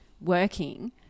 working